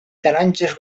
taronges